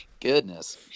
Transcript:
Goodness